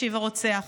השיב הרוצח,